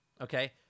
Okay